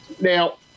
Now